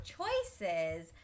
choices